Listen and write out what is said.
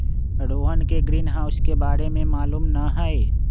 रोहन के ग्रीनहाउस के बारे में मालूम न हई